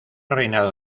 reinado